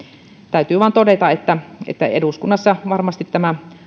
täytyy vain todeta että että eduskunnassa varmasti